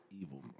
evil